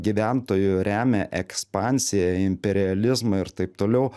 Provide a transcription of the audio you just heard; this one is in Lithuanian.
gyventojų remia ekspansiją imperializmą ir taip toliau